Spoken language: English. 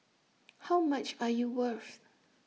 how much are you worth